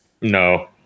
No